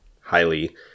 highly